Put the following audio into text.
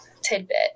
tidbit